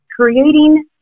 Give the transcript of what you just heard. creating